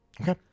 Okay